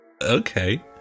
Okay